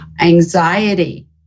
Anxiety